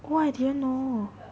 !wah! I didn't know